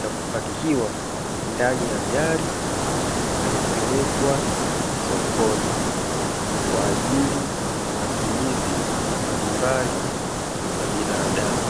ya kupakiwa ndani ya gari na kupelekwa sokoni, kwa ajili ya matumizi mbalimbali ya binadamu.